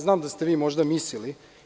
Znam da ste možda mislili.